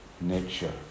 nature